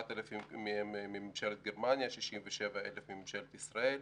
7,000 מהם מממשלת גרמניה, 67,000 מממשלת ישראל.